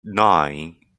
nine